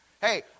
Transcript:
Hey